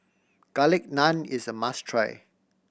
Garlic Naan is a must try